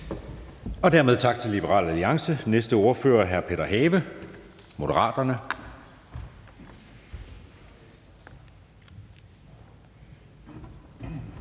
siger vi tak til Liberal Alliance. Næste ordfører er hr. Peter Have, Moderaterne.